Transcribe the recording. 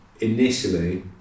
initially